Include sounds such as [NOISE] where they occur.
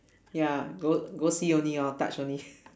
ya go go see only lor touch only [LAUGHS]